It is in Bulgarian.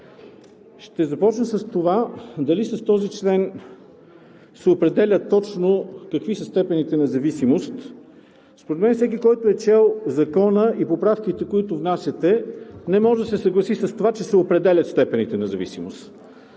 Ще започна с това дали с този член се определя точно какви са степените на зависимост. Според мен, всеки който е чел Закона и поправките, които внасяте, не може да се съгласи с това, че се определят степените на зависимост.